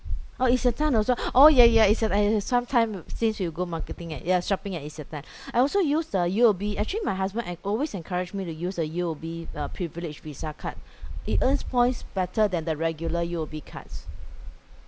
orh Isetan also orh yeah yeah it's uh some time since you go marketing at yeah shopping at Isetan I also use the U_O_B actually my husband I always encouraged me to use the U_O_B uh privilege visa card it earns points better than the regular U_O_B cards